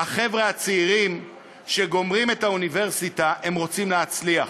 החבר'ה הצעירים שגומרים את האוניברסיטה רוצים להצליח.